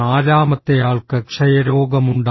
നാലാമത്തെയാൾക്ക് ക്ഷയരോഗമുണ്ടായിരുന്നു